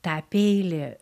tą peilį